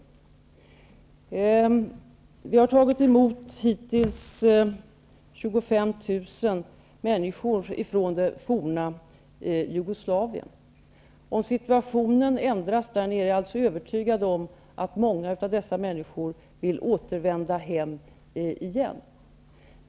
Hittills har vi i Sverige tagit emot 25 000 människor från det forna Jugoslavien. Jag är alldeles övertygad om att många av dessa människor vill återvända hem igen om situationen ändras där nere.